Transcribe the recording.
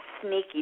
sneaky